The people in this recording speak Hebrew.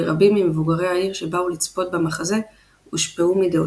ורבים ממבוגרי העיר שבאו לצפות במחזות הושפעו מדעותיו.